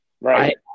Right